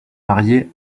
marié